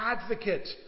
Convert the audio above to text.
advocate